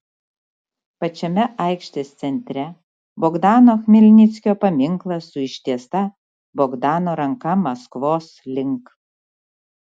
pačiame aikštės centre bogdano chmelnickio paminklas su ištiesta bogdano ranka maskvos link